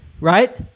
right